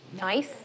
Nice